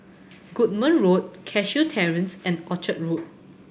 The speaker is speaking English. Goodman Road Cashew Terrace and Orchard Road